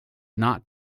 not